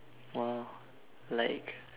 !wow! like